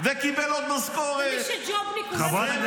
--- חבר הכנסת יוראי להב הרצנו, קריאה ראשונה.